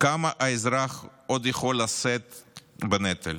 כמה האזרח עוד יכול לשאת בנטל?